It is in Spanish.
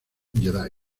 jedi